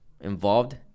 involved